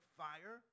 fire